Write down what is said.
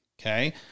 okay